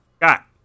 Got